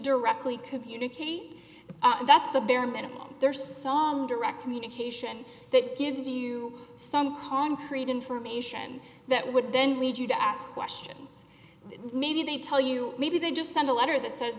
directly communicate that's the bare minimum their song direct communication that gives you some concrete information that would then lead you to ask questions maybe they tell you maybe they just send a letter that says